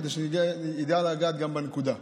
כדי שידע לגעת בנקודה.